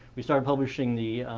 we started publishing the